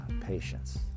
patience